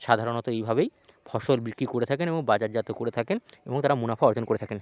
সাধারণত এইভাবেই ফসল বিক্রি করে থাকেন এবং বাজারজাত করে থাকেন এবং তারা মুনাফা অর্জন করে থাকেন